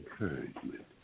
encouragement